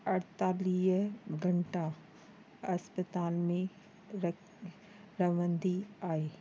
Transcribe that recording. अठतालीह घंटा अस्पताल में रक रहंदी आहे